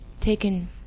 taken